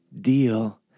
deal